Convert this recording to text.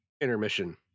intermission